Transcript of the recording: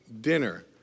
dinner